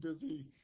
busy